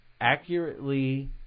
accurately